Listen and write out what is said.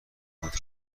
سکوت